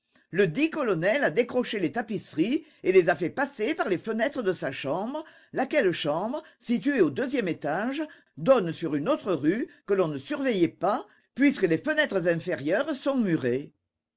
catholique ledit colonel a décroché les tapisseries et les a fait passer par les fenêtres de sa chambre laquelle chambre située au deuxième étage donne sur une autre rue que l'on ne surveillait pas puisque les fenêtres inférieures sont murées